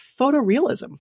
photorealism